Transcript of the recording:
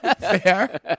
Fair